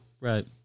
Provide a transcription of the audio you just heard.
Right